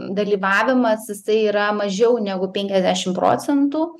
dalyvavimas jisai yra mažiau negu penkiasdešim procentų